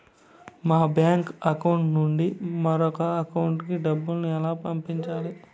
మా bank account నుండి మరొక అకౌంట్ కు డబ్బును ఎలా పంపించాలి